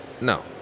No